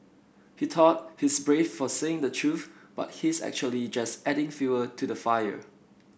he thought he's brave for saying the truth but he's actually just adding fuel to the fire